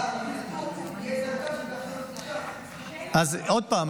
7.5%. --- עוד פעם,